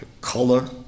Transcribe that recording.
color